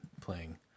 playing